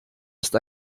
ist